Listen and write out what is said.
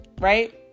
right